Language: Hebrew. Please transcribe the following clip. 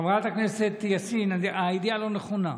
חברת הכנסת יאסין, לא נכונה.